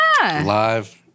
Live